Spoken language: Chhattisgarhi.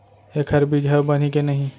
एखर बीजहा बनही के नहीं?